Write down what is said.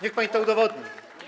Niech pani to udowodni.